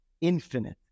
infinite